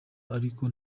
ariko